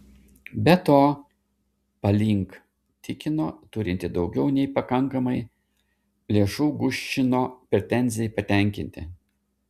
be to palink tikino turinti daugiau nei pakankamai lėšų guščino pretenzijai patenkinti